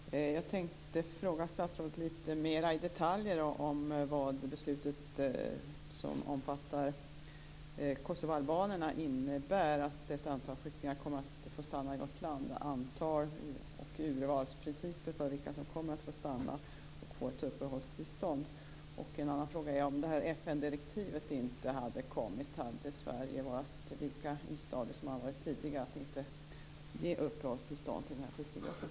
Herr talman! Jag tänkte fråga statsrådet litet mera i detalj vad beslutet om kosovoalbanerna innebär, dvs. att ett antal flyktingar kommer att få stanna i vårt land. Hur är det med antalet? Vilka urvalsprinciper skall gälla för vilka som kommer att få stanna och få ett uppehållstillstånd? En annan fråga är: Om det här FN-direktivet inte hade kommit, hade Sverige då varit lika istadigt som tidigare med att inte ge uppehållstillstånd till den här flyktinggruppen?